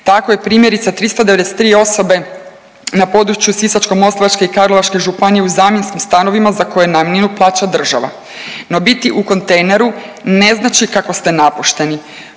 Tako je primjerice 393 osobe na području Sisačko-moslavačke i Karlovačke županije u zamjenskim stanovima za koje namjenu plaću država. No, biti u kontejneru ne znači kako ste napušteni.